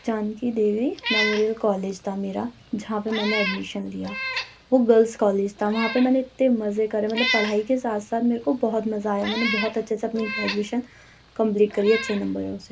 Janki Devi memorial college تھا میرا جہاں پہ میں نے ایڈمیشن لیا وہ گرلس کالج تھا وہاں پہ میں نے اتنے مزے کرے مطلب پڑھائی کے ساتھ ساتھ میرے کو بہت مزہ آیا میں نے بہت اچھے سے اپنی گریجویشن کمپلیٹ کری ہے اچھے نمبروں سے